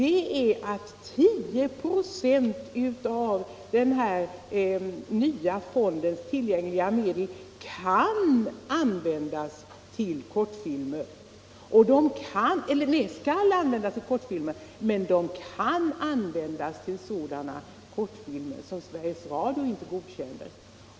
10 96 av den nya fondens tillgängliga medel skall användas till kortfilmer, och de kan användas även till sådana kortfilmer som Sveriges Radio inte godkänt.